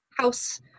house